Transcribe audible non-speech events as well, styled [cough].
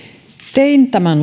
tein tämän [unintelligible]